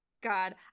God